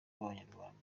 b’abanyarwanda